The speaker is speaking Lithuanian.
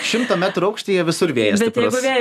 šimto metrų aukštyje visur vėjas stiprus